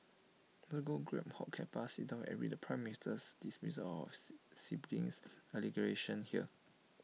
no go grab hot cuppa sit down and read the prime Minister's dismissal his siblings allegations here